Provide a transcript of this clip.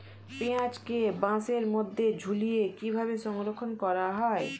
পেঁয়াজকে বাসের মধ্যে ঝুলিয়ে কিভাবে সংরক্ষণ করা হয়?